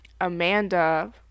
Amanda